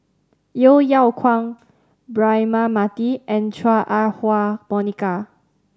Yeo Yeow Kwang Braema Mathi and Chua Ah Huwa Monica